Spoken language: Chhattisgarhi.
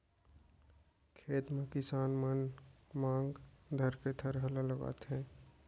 खेत म किसान मन मांग धरके थरहा ल लगाथें